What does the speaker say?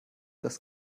das